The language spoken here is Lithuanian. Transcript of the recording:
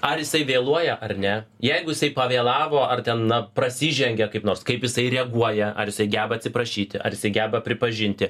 ar jisai vėluoja ar ne jeigu jisai pavėlavo ar ten na prasižengė kaip nors kaip jisai reaguoja ar jisai geba atsiprašyti ar jisai geba pripažinti